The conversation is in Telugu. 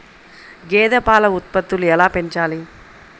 గేదె పాల ఉత్పత్తులు ఎలా పెంచాలి?